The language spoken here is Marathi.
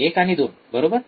१ आणि २ बरोबर